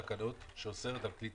אסרנו כלי